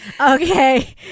Okay